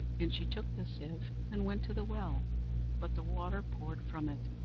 and she took the sieve and went to the well but the water poured from it,